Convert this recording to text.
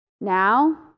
Now